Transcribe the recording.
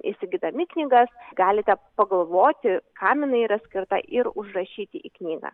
įsigydami knygas galite pagalvoti kam jinai yra skirta ir užrašyti į knygą